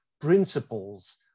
principles